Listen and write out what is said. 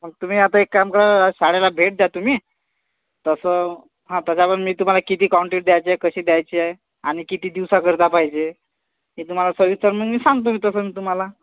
हां मग तुम्ही आता एक काम करा आज शाळेला भेट द्या तुम्ही तसं हां तसा पण मी तुम्हाला किती कॉन्टीट द्यायची आहे कशी द्यायची आहे आणि किती दिवसाकरता पाहिजे ते तुम्हाला सविस्तर मग मी सांगतो मी तसं मी तुम्हाला